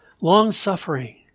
long-suffering